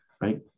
right